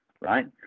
Right